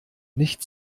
nicht